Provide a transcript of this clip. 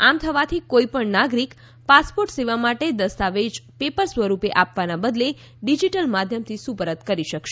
આમ થવાથી કોઇપણ નાગરિક પાસપોર્ટ સેવા માટે દસ્તાવેજ પેપર સ્વરૂપે આપવાના બદલે ડીજીટલ માધ્યમથી સુપરત કરી શકશે